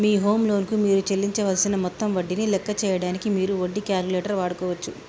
మీ home loan కు మీరు చెల్లించవలసిన మొత్తం వడ్డీని లెక్క చేయడానికి మీరు వడ్డీ క్యాలిక్యులేటర్ వాడుకోవచ్చు